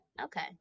Okay